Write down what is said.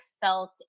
felt